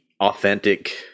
authentic